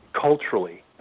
culturally